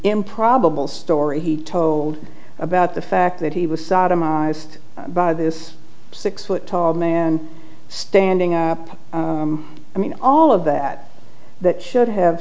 improbable story he told about the fact that he was sodomized by this six foot tall man standing up i mean all of that that should have